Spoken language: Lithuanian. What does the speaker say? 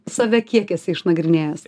save kiek esi išnagrinėjęs